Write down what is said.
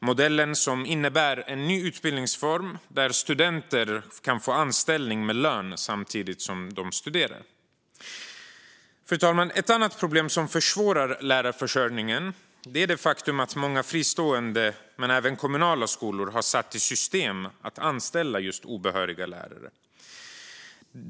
Modellen innebär en ny utbildningsform där studenter kan få anställning med lön samtidigt som de studerar. Fru talman! Ett annat problem som försvårar lärarförsörjningen är det faktum att många fristående men även kommunala skolor har satt i system att anställa obehöriga lärare.